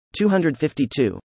252